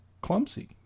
clumsy